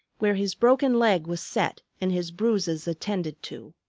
where his broken leg was set and his bruises attended to.